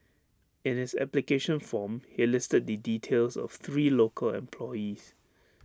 in his application form he listed the details of three local employees